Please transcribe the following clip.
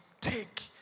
take